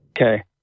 Okay